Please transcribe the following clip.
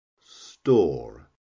store